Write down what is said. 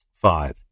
Five